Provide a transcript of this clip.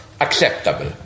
acceptable